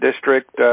district